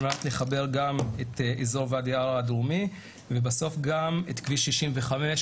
מנת לחבר גם את אזור ואדי ערה הדרומי ובסוף גם את כביש 65,